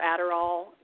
Adderall